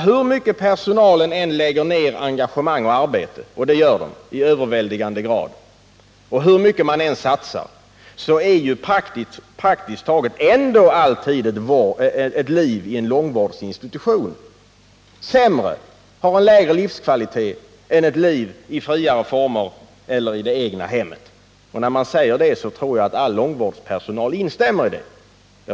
Hur mycket personalen än lägger ner av engagemang och arbete — och det gör man i överväldigande grad — och hur mycket man än satsar, så är ändå praktiskt taget alltid ett liv i en långvårdsinstitution sämre och har en lägre livskvalitet än ett liv i friare former eller i det egna hemmet. Och jag tror att långvårdspersonalen instämmer i det.